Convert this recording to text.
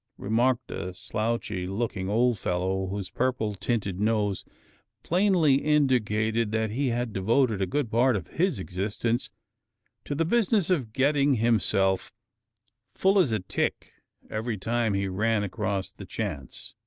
remarked a slouchy-looking old fellow whose purple-tinted nose plainly indicated that he had devoted a good part of his existence to the business of getting himself full as a tick every time he ran across the chance.